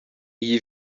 iyi